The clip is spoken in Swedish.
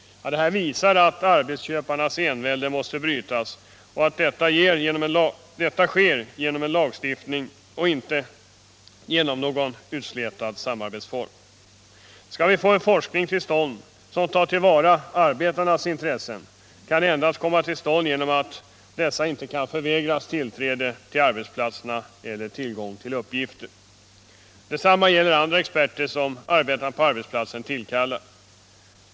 Detta visar att arbetsköparnas envälde måste brytas, och det måste ske genom en lagstiftning och inte genom någon utslätad samarbetsform. En forskning som tar till vara arbetarnas intresse kan endast komma till stånd genom att forskarna inte kan förvägras tillträde till arbetsplatserna eller tillgång till uppgifter. Detsamma gäller andra experter som arbetarna på arbetsplatsen tillkallar.